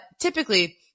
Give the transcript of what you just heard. typically